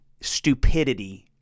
stupidity